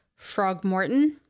Frogmorton